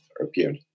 appeared